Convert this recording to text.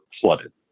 flooded